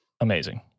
amazing